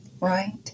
Right